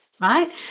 right